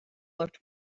looked